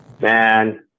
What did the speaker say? man